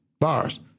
bars